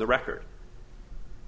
the record